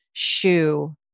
shoe